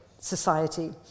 Society